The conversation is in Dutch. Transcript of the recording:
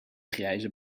grijze